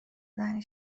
زنی